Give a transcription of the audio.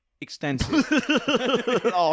extensive